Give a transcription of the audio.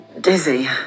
dizzy